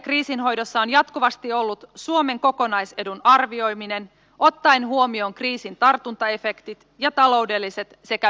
päätekijä kriisinhoidossa on jatkuvasti ollut suomen kokonaisedun arvioiminen ottaen huomioon kriisin tartuntaefektit ja taloudelliset sekä yhteiskunnalliset vaikutukset